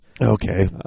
Okay